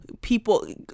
People